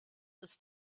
ist